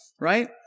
right